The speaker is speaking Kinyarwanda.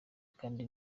kandi